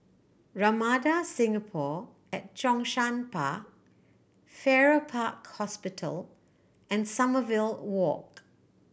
Ramada Singapore at Zhongshan Park Farrer Park Hospital and Sommerville Walk